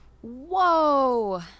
Whoa